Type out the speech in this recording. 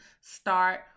start